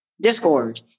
Discord